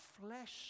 flesh